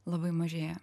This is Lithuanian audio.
labai mažėja